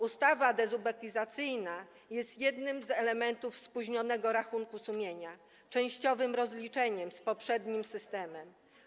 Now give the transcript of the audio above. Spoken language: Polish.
Ustawa dezubekizacyjna jest jednym z elementów spóźnionego rachunku sumienia, częściowym rozliczeniem z poprzednim systemem.